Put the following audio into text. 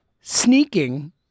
sneaking